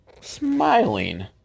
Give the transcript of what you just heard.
smiling